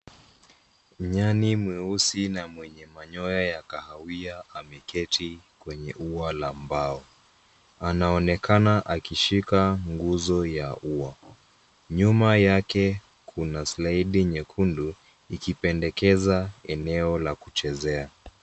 Nyani mweusi na mwenye manyoya ya kahawia ameketi kwenye ua la mbao. Anaonekana akishika nguzo ya ua. Nyuma yake kuna slaidi nyekundu ikipendekeza eneo la kuchezea.